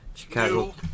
Chicago